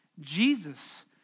Jesus